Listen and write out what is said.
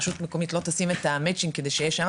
רשות מקומית לא תשים את המצ'ינג שמה?